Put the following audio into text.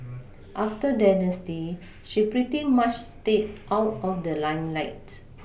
after Dynasty she pretty much stayed out of the limelight